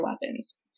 weapons